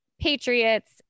Patriots